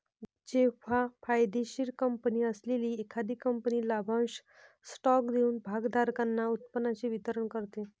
जेव्हा फायदेशीर कंपनी असलेली एखादी कंपनी लाभांश स्टॉक देऊन भागधारकांना उत्पन्नाचे वितरण करते